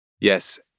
Yes